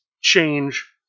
change